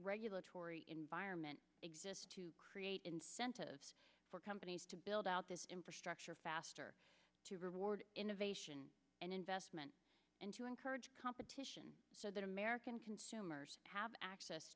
regulatory environment exists to create incentives for companies to build out this infrastructure faster to reward innovation and investment and to encourage competition so that american consumers have access